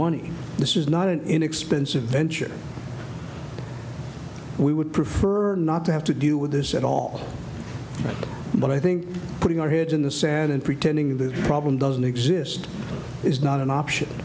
money this is not an inexpensive venture we would prefer not to have to deal with this at all but i think putting our head in the sand and pretending the problem doesn't exist is not an option